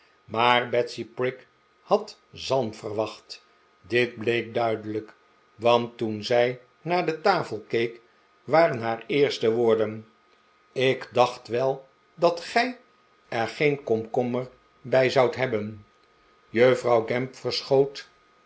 maar betsy prig had zalm verwacht dit bleek duidelijk want toen zij naar de tafel keek waren haar eerste woorden ik dacht wel dat gij er geen komkommer bij zoudt hebben juffrouw gamp verschoot